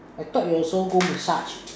I thought you also go massage